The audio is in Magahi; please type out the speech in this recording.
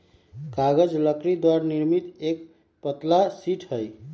कागज लकड़ी द्वारा निर्मित एक पतला शीट हई